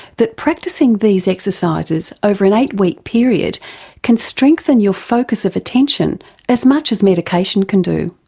that practising these exercises over an eight-week period can strengthen your focus of attention as much as medication can do.